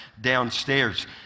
downstairs